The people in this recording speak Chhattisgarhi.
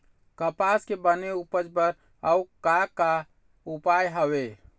कपास के बने उपज बर अउ का का उपाय हवे?